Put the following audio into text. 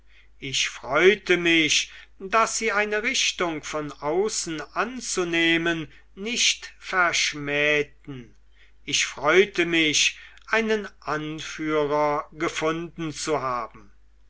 ich freute mich daß sie eine richtung von außen anzunehmen nicht verschmähten ich freute mich einen anführer gefunden zu haben